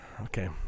Okay